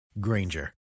Granger